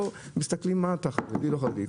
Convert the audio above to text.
לא מסתכלים אם אתה חרדי או לא חרדי.